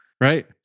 Right